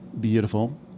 beautiful